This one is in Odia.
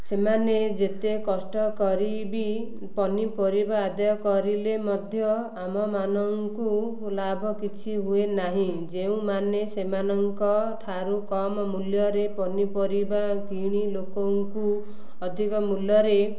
ସେମାନେ ଯେତେ କଷ୍ଟ କରି ବି ପନିପରିବା ଆଦାୟ କରିଲେ ମଧ୍ୟ ଆମମାନଙ୍କୁ ଲାଭ କିଛି ହୁଏ ନାହିଁ ଯେଉଁମାନେ ସେମାନଙ୍କ ଠାରୁ କମ ମୂଲ୍ୟରେ ପନିପରିବା କିଣି ଲୋକଙ୍କୁ ଅଧିକ ମୂଲ୍ୟରେ